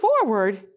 forward